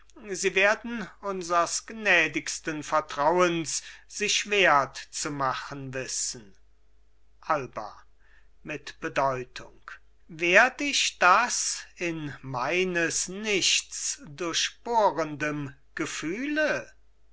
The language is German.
sie werden unsers gnädigsten vertrauens sich wert zu machen wissen alba mit bedeutung werd ich das in meines nichts durchbohrendem gefühle